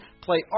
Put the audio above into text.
play